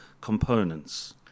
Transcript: components